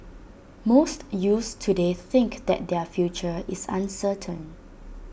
most youths today think that their future is uncertain